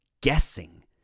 guessing